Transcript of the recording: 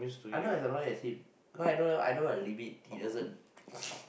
I not as annoying as him cause I know I know the limit he doesn't